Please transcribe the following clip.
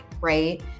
right